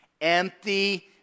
empty